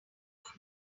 going